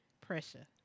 Pressure